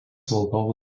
valdovų